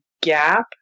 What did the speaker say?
gap